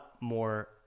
more